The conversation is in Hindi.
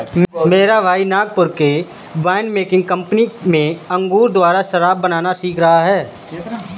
मेरा भाई नागपुर के वाइन मेकिंग कंपनी में अंगूर द्वारा शराब बनाना सीख रहा है